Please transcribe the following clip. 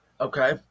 Okay